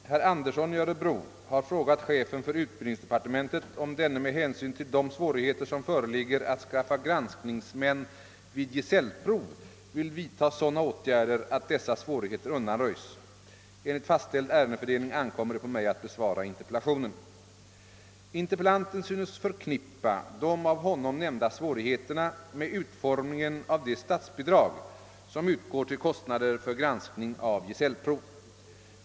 Herr talman! Herr Andersson i Örebro har frågat chefen för utbildningsdepartementet om denne med hänsyn till de svårigheter, som föreligger att skaffa granskningsmän vid gesällprov, vill vidta sådana åtgärder att dessa svårigheter undanröjs. Enligt fastställd ärendefördelning ankommer det på mig att besvara interpellationen. Interpellanten synes förknippa de av honom nämnda svårigheterna med utformningen av det statsbidrag som utgår till kostnader för granskning av gesällprov.